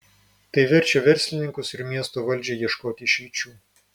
tai verčia verslininkus ir miesto valdžią ieškoti išeičių